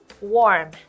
Warm